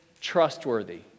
trustworthy